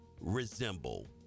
resemble